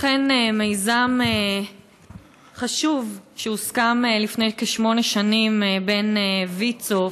אכן, מיזם חשוב שהוסכם לפני כשמונה שנים עם ויצו